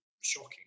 shocking